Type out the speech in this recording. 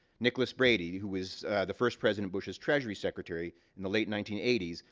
nicholas brady, who was the first president bush's treasury secretary in the late nineteen eighty s,